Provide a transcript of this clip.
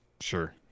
Sure